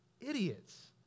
idiots